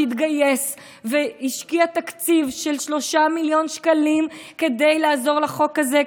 שהתגייס והשקיע תקציב של 3 מיליון שקלים כדי לעזור בחוק הזה,